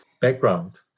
background